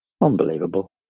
unbelievable